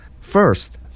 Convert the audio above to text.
first